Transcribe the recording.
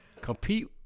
Compete